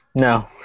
No